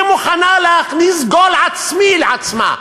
היא מוכנה להכניס גול עצמי לעצמה.